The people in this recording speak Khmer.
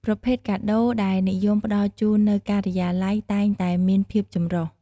ប្រភេទកាដូរដែលនិយមផ្តល់ជូននៅការិយាល័យតែងតែមានភាពចម្រុះ។